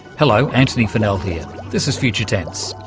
hello, antony funnell here, this is future tense.